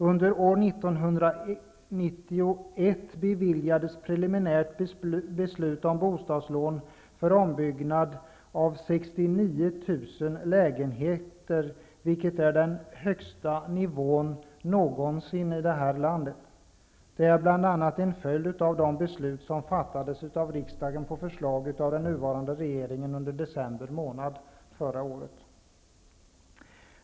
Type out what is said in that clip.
Under år 1991 beviljades preliminärt beslut om bostadslån för ombyggnad av 69 000 lägenheter, vilket är den högsta nivån någonsin i det här landet. Detta är bl.a. en följd av de beslut som fattades av riksdagen på förslag av den nuvarande regeringen under december månad förra året.